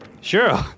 Sure